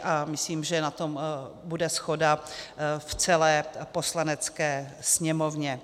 A myslím, že na tom bude shoda v celé Poslanecké sněmovně.